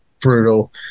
brutal